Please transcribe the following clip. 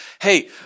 Hey